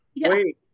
Wait